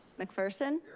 mcpherson?